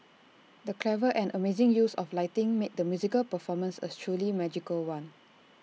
the clever and amazing use of lighting made the musical performance A truly magical one